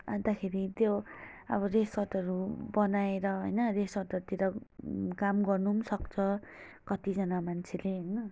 अन्तखेरि त्यो अब रेसर्टहरू बनाएर होइन रेसर्टहरूतिर काम गर्नु पनि सक्छ कतिजना मान्छेले होइन